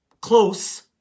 close